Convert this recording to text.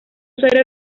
usuario